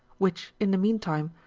which, in the meantime,